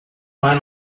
find